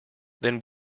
then